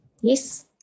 Yes